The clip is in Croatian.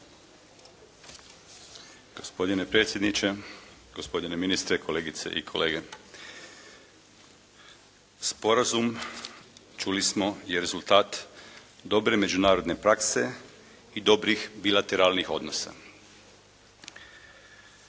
Gospodine predsjedniče, gospodine ministre, kolegice i kolege. Sporazum, čuli smo je rezultat dobre međunarodne prakse i dobrih bilateralnih odnosa.